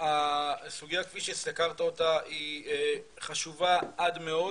הסוגיה כפי שסקרת אותה היא חשובה עד מאד,